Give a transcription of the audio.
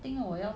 我要